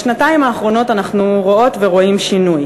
בשנתיים האחרונות אנחנו רואות ורואים שינוי.